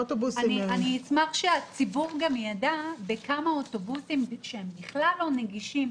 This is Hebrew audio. אני אשמח שהציבור גם ידע כמה אוטובוסים שהם בכלל לא נגישים,